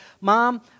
Mom